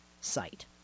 site